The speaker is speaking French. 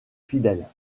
fidèle